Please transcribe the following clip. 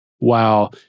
Wow